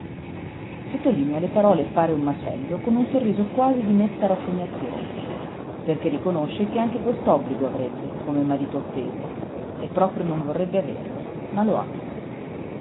sottolinea le parole fare un macello con un sorriso quasi di mesta rassegnazione perché riconosce che anche quest'obbligo avrebbe come marito offeso e proprio non vorrebbe averlo ma lo ha